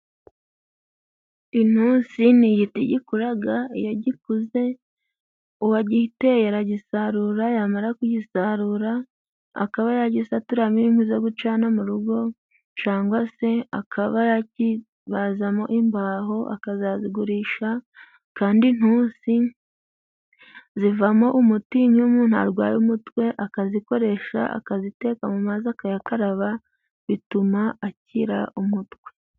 Intusi ni igiti gikuraga, iyo gikuze, uwagiteye aragisarura yamara kugisarura akaba yagisaturamo inkwi zo gucana mu rugo cangwa se akaba yakibazamo imbaho akazazigurisha, kandi intusi zivamo umuti, iyo umuntu arwaye umutwe akazikoresha, akaziteka mu mazi akayakaraba, bituma akira umutwe.